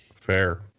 fair